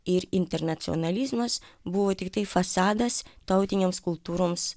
ir internacionalizmas buvo tiktai fasadas tautinėms kultūroms